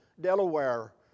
Delaware